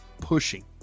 pushing